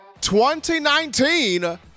2019